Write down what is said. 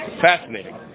Fascinating